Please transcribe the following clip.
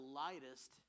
lightest